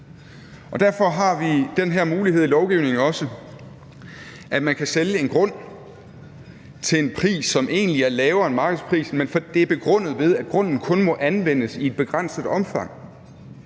Derfor har vi den mulighed i lovgivningen, at man kan sælge en grund til en pris, som egentlig er lavere end markedsprisen, men begrundet i, at grunden kun må anvendes i et begrænset omfang.